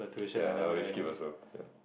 ya we skip also